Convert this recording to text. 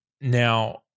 Now